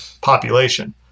population